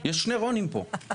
יש שני רונים פה,